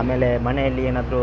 ಆಮೇಲೆ ಮನೆಯಲ್ಲಿ ಏನಾದರು